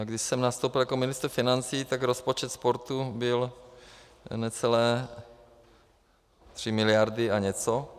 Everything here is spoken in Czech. Když jsem nastoupil jako ministr financí, tak rozpočet sportu byl necelé 3 miliardy a něco.